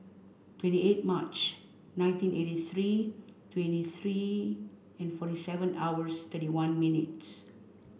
twenty eight March nineteen eighty three twenty three and forty seven hours thirty one minutes